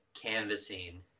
canvassing